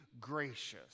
gracious